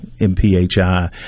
MPHI